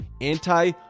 anti